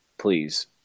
Please